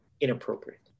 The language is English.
inappropriate